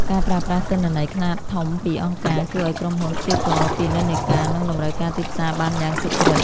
ការប្រើប្រាស់ទិន្នន័យខ្នាតធំពីអង្គការ ជួយឱ្យក្រុមហ៊ុនព្យាករណ៍ពីនិន្នាការ និងតម្រូវការទីផ្សារបានយ៉ាងសុក្រឹត។